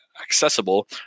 accessible